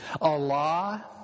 Allah